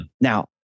Now